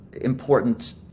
important